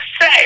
say